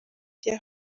pierre